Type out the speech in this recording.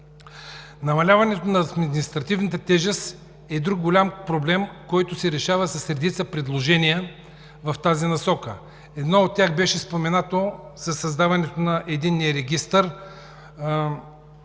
Намаляването на административната тежест е друг голям проблем, който се решава с редица предложения. Едно от тях беше споменато – създаването на Единния регистър,